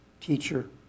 teacher